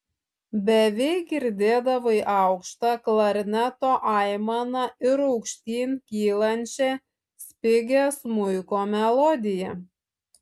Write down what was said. beveik girdėdavai aukštą klarneto aimaną ir aukštyn kylančią spigią smuiko melodiją